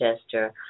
gesture